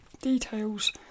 details